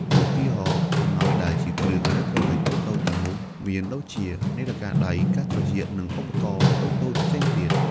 ឧទាហរណ៍ អំណោយដែលជាគ្រឿងអេឡិចត្រូនិចតូចៗទាំងនោះមានដូចជា នាឡិកាដៃ កាសត្រចៀក និងឧបករណ៍តូចៗផ្សេងទៀត។